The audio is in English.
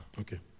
Okay